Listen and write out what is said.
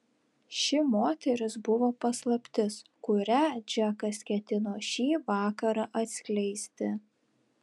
ši moteris buvo paslaptis kurią džekas ketino šį vakarą atskleisti